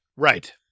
Right